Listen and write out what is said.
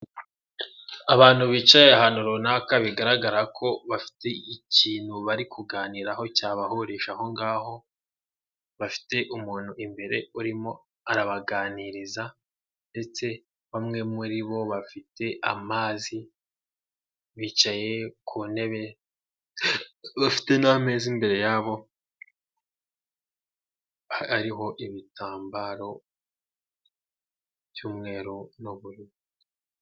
Abantu bicaye ahantu runaka, bigaragara ko bafite ikintu bari kuganiraho cyabahurije aho ngaho, bafite umuntu imbere urimo arabaganiriza ndetse bamwe muri bo bafite amazi, bicaye ku ntebe n'ameza, imbere yabo hariho ibitambaro by'umweru n'ubururu.